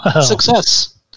Success